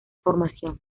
formación